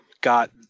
got